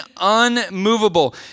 unmovable